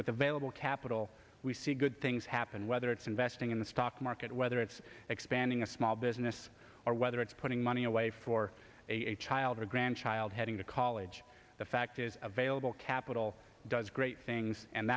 with available capital we see good things happen whether it's investing in the stock market whether it's expanding a small business or whether it's putting money away for a child or grandchild heading to college the fact is available cap all does great things and